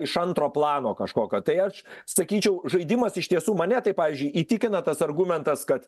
iš antro plano kažkokio tai aš sakyčiau žaidimas iš tiesų mane tai pavyzdžiui įtikina tas argumentas kad